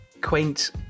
quaint